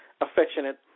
affectionate